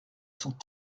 sont